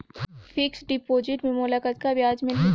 Fixed deposit मे मोला कतका ब्याज मिलही?